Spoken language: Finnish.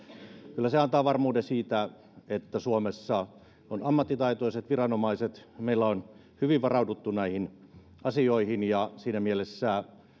kyllä se antaa varmuuden siitä että suomessa on ammattitaitoiset viranomaiset meillä on hyvin varauduttu näihin asioihin ja siinä mielessä